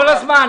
כל הזמן,